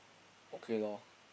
okay lor